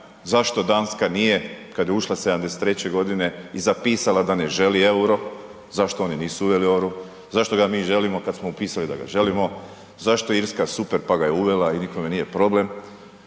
zašto Danska nije kada je ušla '73. godine i zapisala da ne želi euro, zašto oni nisu uveli euro. Zašto ga mi želimo kad smo upisali da ga želimo, zašto je Irska super pa ga je uvela i nikome nije problem.